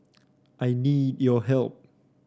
I need your help